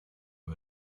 who